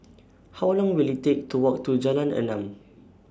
How Long Will IT Take to Walk to Jalan Enam